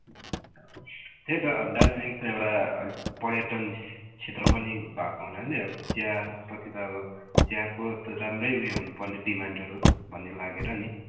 त्यही त अब दार्जिलिङ त एउटा पर्यटन क्षेत्र पनि भएको हुनाले चियापत्ती त अब चियाको त राम्रै उयो हुनुपर्ने डिमान्डसहरू भन्ने लागेर नि